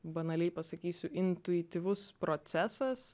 banaliai pasakysiu intuityvus procesas